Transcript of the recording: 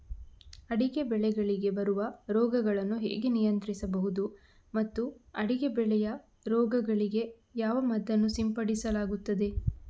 ಅಡಿಕೆ ಬೆಳೆಗಳಿಗೆ ಬರುವ ರೋಗಗಳನ್ನು ಹೇಗೆ ನಿಯಂತ್ರಿಸಬಹುದು ಮತ್ತು ಅಡಿಕೆ ಬೆಳೆಯ ರೋಗಗಳಿಗೆ ಯಾವ ಮದ್ದನ್ನು ಸಿಂಪಡಿಸಲಾಗುತ್ತದೆ?